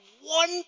one